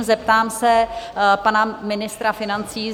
Zeptám se pana ministra financí?